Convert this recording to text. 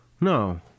No